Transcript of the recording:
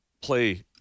play